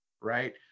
right